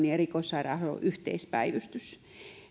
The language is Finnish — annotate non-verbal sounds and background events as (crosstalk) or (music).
(unintelligible) ja erikoissairaanhoidon yhteispäivystys